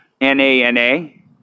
N-A-N-A